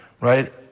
right